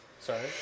Sorry